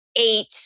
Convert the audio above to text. eight